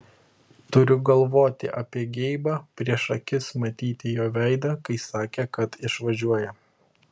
turiu galvoti apie geibą prieš akis matyti jo veidą kai sakė kad išvažiuoja